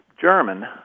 German